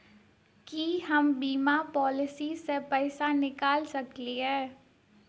की हम बीमा पॉलिसी सऽ पैसा निकाल सकलिये?